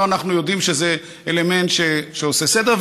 אנחנו כבר יודעים שזה אלמנט שעושה סדר.